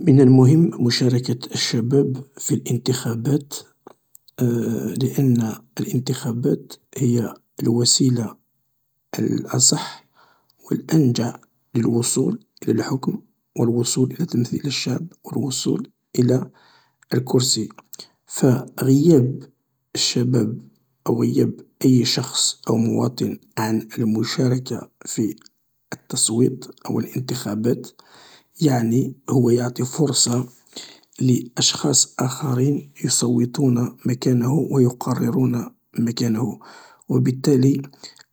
من المهم مشاركة الشباب في الإنتخابات لأن الإنتخابات هي الوسيلة الأصح و الأنجع للوصول إلى الحكم و الوصول إلى تمثيل الشعب و الوصول إلى الكرسي فغياب الشباب أو غياب أي شخص أو مواطن عن المشاركة في التصويت أو الإنتخابات يعني هو يعطي فرصة لأشخاص آخرين يصوتون مكانه و يقررون مكانه و بالتالي